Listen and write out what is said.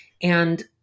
And-